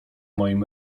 moim